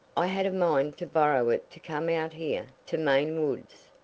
i had a mind to borrow it to come out here to maine woods,